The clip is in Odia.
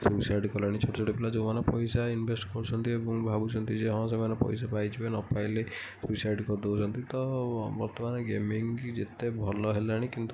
ସୁଇସାଇଡ଼୍ କଲେଣି ଛୋଟ ଛୋଟ ପିଲା ଯେଉଁମାନେ ପଇସା ଇନଭେଷ୍ଟ କରୁଛନ୍ତି ଏବଂ ଭାବୁଛନ୍ତି ଯେ ହଁ ସେମାନେ ପଇସା ପାଇଯିବେ ନ ପାଇଲେ ସୁଇସାଇଡ଼୍ କରିଦେଉଛନ୍ତି ତ ବର୍ତ୍ତମାନେ ଗେମିଙ୍ଗ ଯେତେ ଭଲ ହେଲାଣି କିନ୍ତୁ